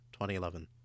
2011